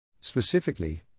Specifically